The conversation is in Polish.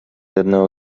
jednego